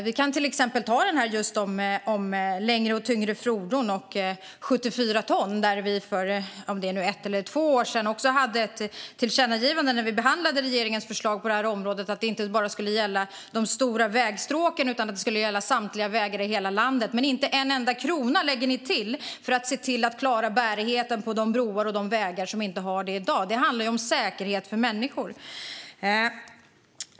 Vi kan till exempel ta frågan om längre och tyngre fordon och 74 ton. För ett eller två år sedan hade vi också ett tillkännagivande när vi behandlade regeringens förslag på detta område. Det skulle inte bara gälla de stora vägstråken utan samtliga vägar i hela landet. Men ni lägger inte till en enda krona för att se till att man klarar bärigheten på broarna och vägarna. Det handlar om säkerhet för människor.